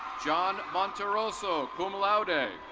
john monteroso, cum laude.